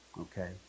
okay